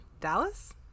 Dallas